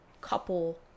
couple